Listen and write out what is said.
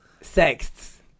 Sex